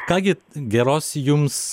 ką gi geros jums